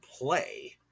play